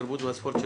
התרבות והספורט של